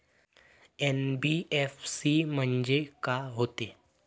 NBFC म्हणजे का होते?